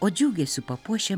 o džiugesiu papuošiam